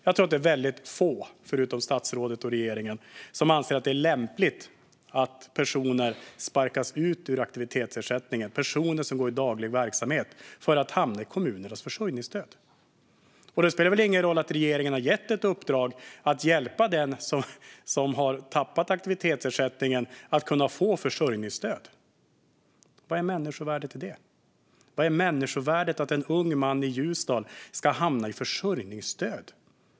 Jag tror att det är väldigt få förutom statsrådet och regeringen som anser att det är lämpligt att personer som går i daglig verksamhet sparkas ut ur aktivitetsersättningen för att hamna i kommunernas försörjningsstöd. Det spelar väl ingen roll att regeringen har gett ett uppdrag att hjälpa den som har tappat aktivitetsersättningen att kunna få försörjningsstöd. Vad är människovärdet i det? Vad är människovärdet i att en ung man i Ljusdal ska hamna i försörjningsstöd?